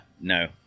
No